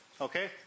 okay